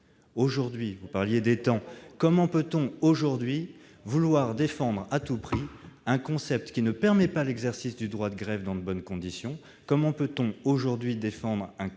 tombe bien : vous l'êtes ! Comment peut-on aujourd'hui défendre à tout prix un concept qui ne permet pas l'exercice du droit de grève dans de bonnes conditions ?